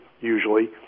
usually